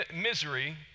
misery